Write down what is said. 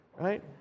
right